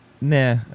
nah